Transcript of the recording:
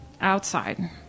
outside